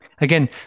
Again